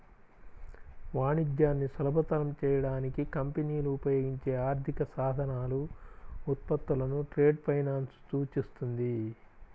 వాణిజ్యాన్ని సులభతరం చేయడానికి కంపెనీలు ఉపయోగించే ఆర్థిక సాధనాలు, ఉత్పత్తులను ట్రేడ్ ఫైనాన్స్ సూచిస్తుంది